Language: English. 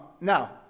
now